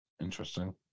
interesting